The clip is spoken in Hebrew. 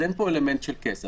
אז אין פה אלמנט של כסף.